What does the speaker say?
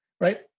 right